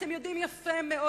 אתם יודעים יפה מאוד